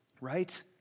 Right